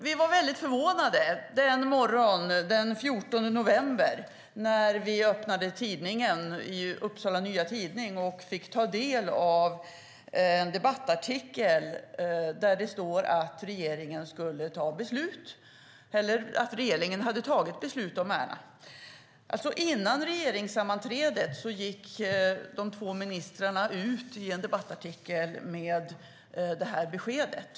Vi var väldigt förvånade när vi morgonen den 14 november öppnade Upsala Nya Tidning och fick ta del av en debattartikel där det stod att regeringen hade tagit beslut om Ärna. Före regeringssammanträdet gick alltså de två ministrarna ut i en debattartikel med det beskedet.